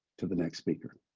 to the next speaker.